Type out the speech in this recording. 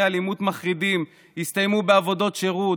אלימות מחרידים הסתיימו בעבודות שירות,